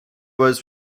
was